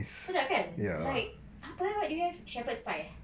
sedap kan like apa eh what do we have shepherd's pie ah